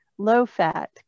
low-fat